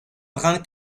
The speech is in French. brun